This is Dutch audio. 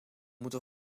moeten